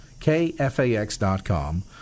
KFAX.com